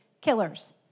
killers